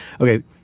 Okay